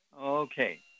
Okay